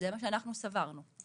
זה מה שאנחנו סברנו.